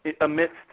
amidst